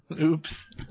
Oops